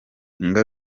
bigira